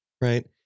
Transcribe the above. right